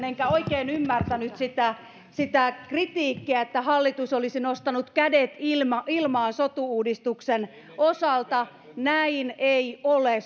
enkä oikein ymmärtänyt sitä sitä kritiikkiä että hallitus olisi nostanut kädet ilmaan sotu uudistuksen osalta näin ei ole